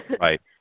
Right